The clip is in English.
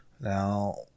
Now